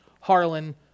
Harlan